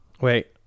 Wait